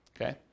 okay